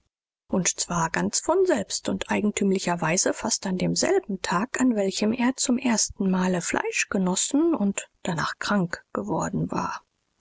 und zwar ganz von selbst und eigentümlicherweise fast an demselben tag an welchem er zum ersten male fleisch genossen und danach krank geworden war